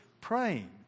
praying